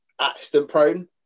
accident-prone